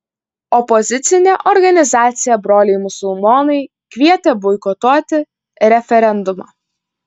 opozicinė organizacija broliai musulmonai kvietė boikotuoti referendumą